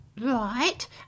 right